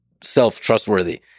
self-trustworthy